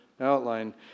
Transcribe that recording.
outline